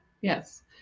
Yes